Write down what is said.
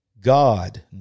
God